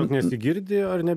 nesigirdi ar ne